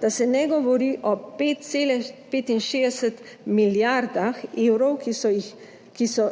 Da se ne govori o 5,65 milijardah evrov, ki so